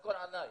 הכל עלי.